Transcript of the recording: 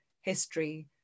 history